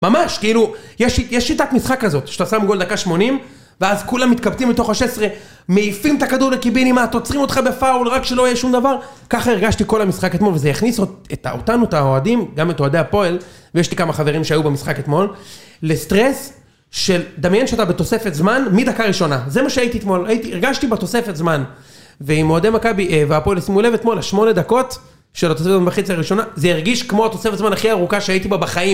ממש, כאילו, יש שיטת משחק כזאת, שאתה שם גול דקה שמונים, ואז כולם מתקבצים לתוך השש עשרה, מעיפים את הכדור לקיבינימט, עוצרים אותך בפאול, רק שלא יהיה שום דבר? ככה הרגשתי כל המשחק אתמול, וזה הכניס אותנו, את האוהדים, גם את אוהדי הפועל, ויש לי כמה חברים שהיו במשחק אתמול, לסטרס של דמיין שאתה בתוספת זמן, מדקה ראשונה. זה מה שהייתי אתמול, הרגשתי בתוספת זמן, ועם אוהדי מכבי, והפועל ישימו לב אתמול, השמונה דקות של התוספת זמן בה חציהראשונה, זה הרגיש כמו התוספת זמן הכי ארוכה שהייתי בה בחיים.